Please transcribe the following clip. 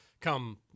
come